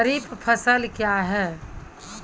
खरीफ फसल क्या हैं?